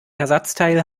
ersatzteil